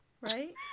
right